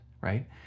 right